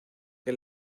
que